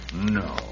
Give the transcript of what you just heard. No